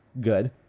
good